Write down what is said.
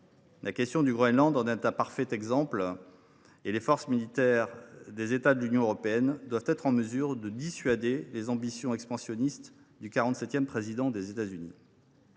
La question du Groenland en est un parfait exemple, et les forces militaires des États de l’Union européenne doivent être en mesure de dissuader les ambitions expansionnistes du 47 président des États Unis.